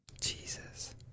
Jesus